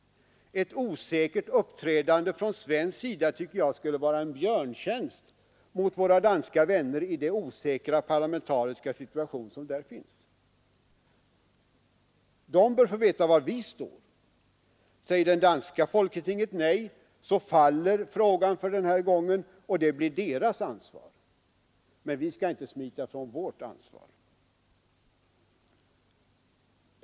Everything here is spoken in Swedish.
Ett osäkert uppträdande från svensk sida tycker jag skulle vara en björntjänst mot våra danska vänner i den osäkra parlamentariska situation som där råder. De bör få veta var vi står. Säger det danska folketinget nej, så faller frågan för den här gången, och det blir deras ansvar. Men vi skall inte smita från vårt ansvar.